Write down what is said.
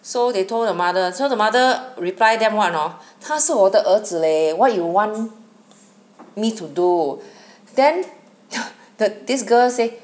so they told her mother so the mother reply them what or not 他是我的儿子 leh what you want me to do then the this girl say